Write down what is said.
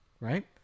right